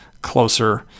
closer